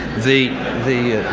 the the